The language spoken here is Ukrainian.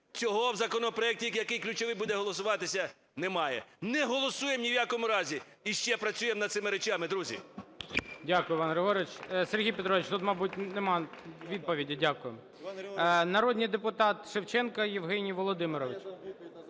Цього в законопроекті, який ключовим буде голосуватися, немає. Не голосуємо ні в якому разі, ще працюємо над цими речами, друзі! ГОЛОВУЮЧИЙ. Дякую, Іван Григорович. Сергій Петрович, тут, мабуть, немає відповіді. Дякую. Народний депутат Шевченко Євгеній Володимирович.